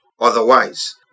Otherwise